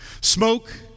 Smoke